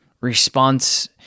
response